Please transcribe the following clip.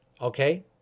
Okay